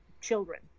children